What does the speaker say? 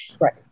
Right